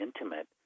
intimate